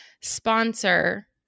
sponsor